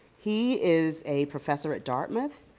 he is a professor at dartmouth.